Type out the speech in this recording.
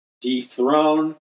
dethrone